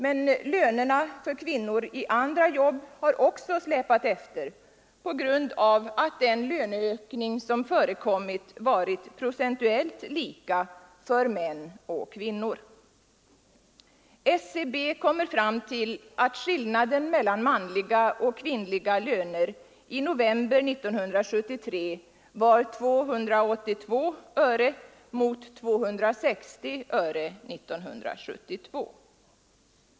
Men lönerna för kvinnor i Nr 14 andra jobb har också släpat efter på grund av att den löneökning som Onsdagen den förekommit varit procentuellt lika för män och kvinnor. SCB kommer 30 januari 1974 fram till att skillnaden mellan manliga och kvinnliga löner i november 1973 var 282 öre mot 260 öre 1972.